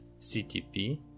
CTP